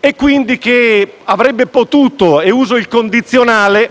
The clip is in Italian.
e che avrebbe potuto - uso il condizionale